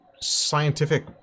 scientific